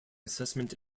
assessment